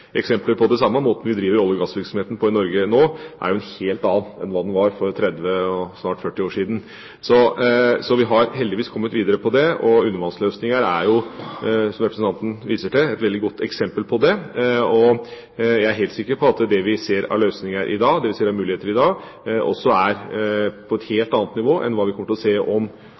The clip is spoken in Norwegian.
eksempler på det samme. Måten vi driver olje- og gassvirksomheten på i Norge nå, er en helt annen enn hva den var for 30 og snart 40 år siden. Vi har heldigvis kommet videre på det. Undervannsløsninger er, som representanten viser til, et veldig godt eksempel på det, og jeg er helt sikker på at det vi ser av løsninger og muligheter i dag, også er på et helt annet nivå enn hva vi kommer til å se om